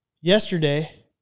yesterday